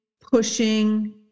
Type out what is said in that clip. pushing